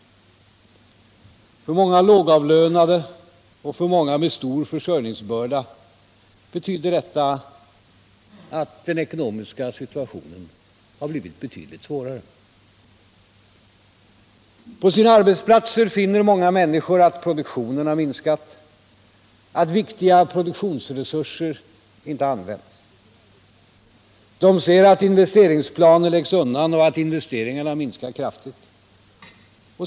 För många lågavlönade, för många med stor försörjningsbörda betyder detta att den ekonomiska situationen har blivit betydligt svårare. På sina arbetsplatser finner många människor aw produktionen har minskat, att viktiga produktionsresurser inte används. De ser att investeringsplaner läggs undan och att investeringarna minskar kraftigt.